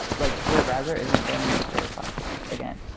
like their browser isn't going to make the request again.